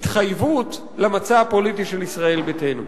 התחייבות למצע הפוליטי של ישראל ביתנו.